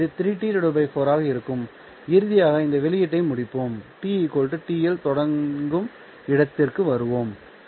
இது 3T 4 ஆக இருக்கும் இறுதியாக இந்த வெளியீட்டை முடிப்போம் t T இல் தொடங்கும் இடத்திற்கு வருவோம்